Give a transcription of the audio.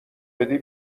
بدی